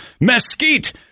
mesquite